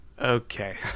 okay